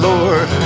Lord